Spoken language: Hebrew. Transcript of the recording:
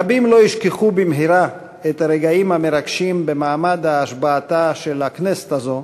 רבים לא ישכחו במהרה את הרגעים המרגשים במעמד השבעתה של הכנסת הזאת,